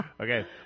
okay